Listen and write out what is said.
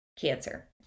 cancer